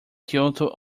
kyoto